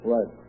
Right